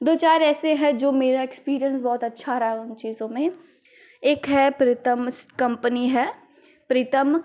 दो चार ऐसे है जो मेरा एक्सपीरियंस बहुत अच्छा रहा है इन चीज़ों में एक है प्रीतम कम्पनी है प्रीतम